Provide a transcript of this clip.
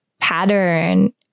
pattern